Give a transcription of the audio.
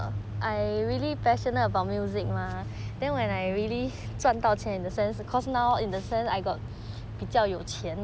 !wah! 你这样有钱 err I really passionate about music mah then when I really 赚到钱 in the sense because now in the sense I